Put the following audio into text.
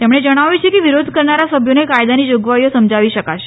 તેમણે જણાવ્યું છે કે વિરોધ કરનારા સભ્યોને કાયદાની જોગવાઇઓ સમજાવી શકાશે